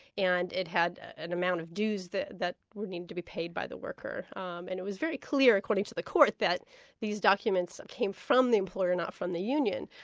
and it had an amount of dues that would need to be paid by the worker. um and it was very clear, according to the court, that these documents came from the employer, not from the union.